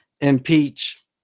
impeach